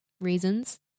reasons